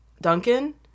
Duncan